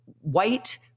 white